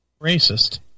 racist